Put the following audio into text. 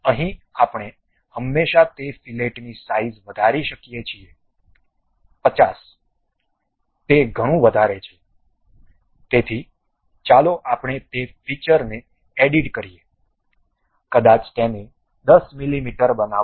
અહીં આપણે હંમેશાં તે ફીલેટની સાઈઝ વધારી શકીએ છીએ 50 તે ઘણું વધારે છે તેથી ચાલો આપણે તે ફીચરને એડિટ કરીએ કદાચ તેને 10 મીમી બનાવો